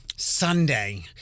Sunday